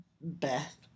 Beth